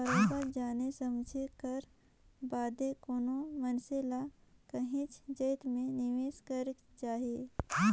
बरोबेर जाने समुझे कर बादे कोनो मइनसे ल काहींच जाएत में निवेस करेक जाही